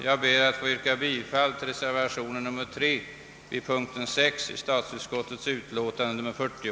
Jag ber att få yrka bifall till reservationen nr 3 vid punkten 6 i statsutskottets utlåtande nr 40.